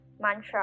mantra